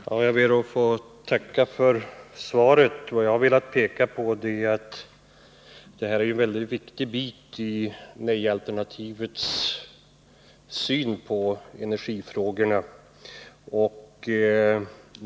Herr talman! Jag ber att få tacka för svaret. Jag har velat peka på att detta är en mycket viktig bit i nej-alternativets syn på energifrågorna.